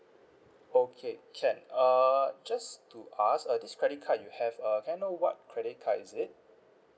okay can uh just to ask uh this credit card you have uh can I know what credit card is it